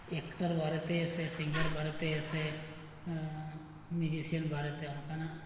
actor ᱵᱟᱨᱮᱛᱮ ᱥᱮ singer ᱵᱟᱨᱮᱛᱮ ᱥᱮ ᱢᱤᱭᱩᱡᱤᱥᱤᱭᱟᱱ ᱵᱟᱨᱮᱛᱮ ᱚᱱᱠᱟᱱᱟᱜ